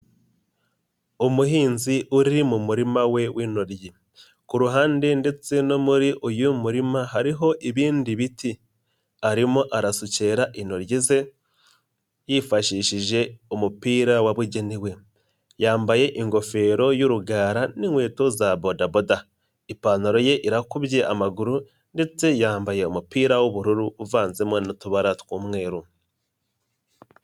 Umuhinzi uri mu murima we w'inoryi, ku ruhande ndetse no muri uyu murima hariho ibindi biti, arimo arasukera intokiyi ze, yifashishije umupira wabugenewe, yambaye ingofero y'urugara n'inkweto za bodaboda, ipantaro ye irakubye amaguru ndetse yambaye umupira w'ubururu uvanzemo n'utubara tw'umweru.